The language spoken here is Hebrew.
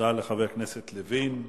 תודה לחבר הכנסת לוין.